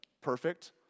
perfect